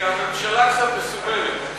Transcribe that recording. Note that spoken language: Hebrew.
כי הממשלה הזאת מסוממת,